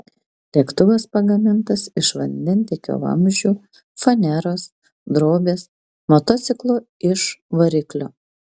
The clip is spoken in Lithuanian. lėktuvas pagamintas iš vandentiekio vamzdžių faneros drobės motociklo iž variklio